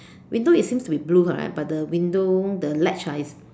window it seems to be blue correct but the window the ledge ah is